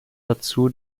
dazu